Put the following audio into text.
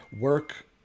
work